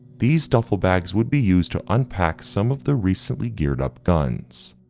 these duffel bags would be used to unpack some of the recently geared up guns.